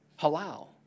Halal